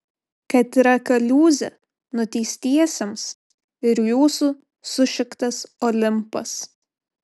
kad yra kaliūzė nuteistiesiems ir jūsų sušiktas olimpas